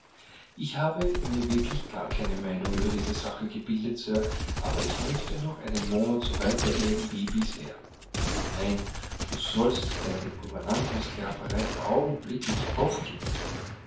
ich habe mir wirklich gar keine meinung über diese sache gebildet sir aber ich möchte noch einen monat so weiter leben wie bisher nein du sollst deine gouvernantensklaverei augenblicklich aufgeben